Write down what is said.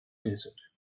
desert